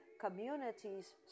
communities